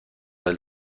del